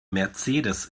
mercedes